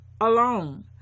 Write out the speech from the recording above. alone